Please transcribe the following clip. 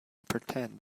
pretend